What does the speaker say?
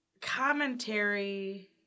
commentary